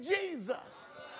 Jesus